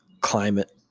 climate